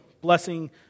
blessing